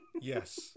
Yes